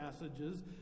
passages